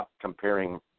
comparing